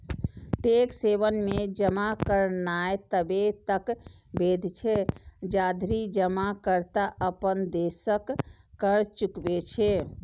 tax haven मे जमा करनाय तबे तक वैध छै, जाधरि जमाकर्ता अपन देशक कर चुकबै छै